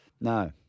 No